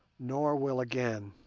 nor will again.